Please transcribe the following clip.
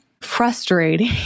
frustrating